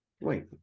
wait